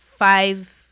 Five